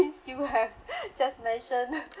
since you have just mention